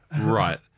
Right